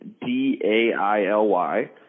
D-A-I-L-Y